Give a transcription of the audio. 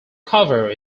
cover